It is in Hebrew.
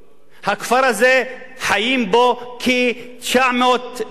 הכפר הזה, חיים בו כ-900 בני-אדם.